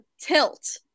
Tilt